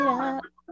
up